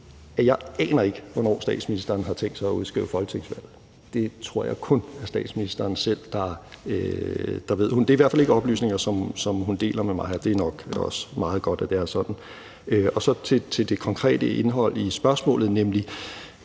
jeg ikke aner, hvornår statsministeren har tænkt sig at udskrive folketingsvalg. Det tror jeg kun det er statsministeren selv der ved. Det er i hvert fald ikke oplysninger, som hun deler med mig, og det er nok også meget godt, at det er sådan. Så til det konkrete indhold i spørgsmålet, nemlig